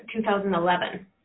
2011